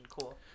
cool